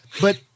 But-